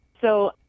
So-